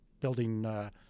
building –